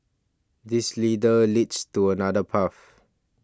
this leader leads to another path